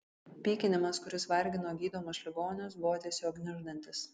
pykinimas kuris vargino gydomus ligonius buvo tiesiog gniuždantis